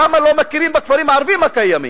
למה לא מכירים בכפרים הערביים הקיימים?